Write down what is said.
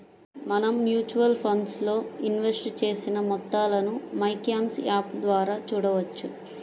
మనం mutual funds లో invest చేసిన మొత్తాలను మైక్యామ్స్ యాప్ ద్వారా చూడవచ్చు